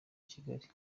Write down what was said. kigali